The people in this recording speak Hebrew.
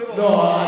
לא.